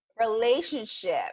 relationship